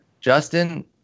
Justin